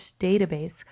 database